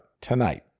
tonight